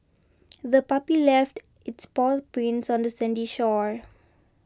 the puppy left its paw prints on the sandy shore